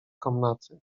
komnaty